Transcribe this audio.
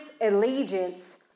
allegiance